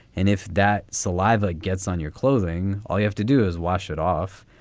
and if that saliva gets on your clothing, all you have to do is wash it off.